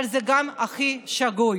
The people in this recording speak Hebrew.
אבל זה גם הכי שגוי,